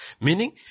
Meaning